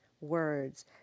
words